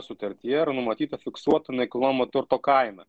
sutartyje yra numatyta fiksuota nekilnojamo turto kaina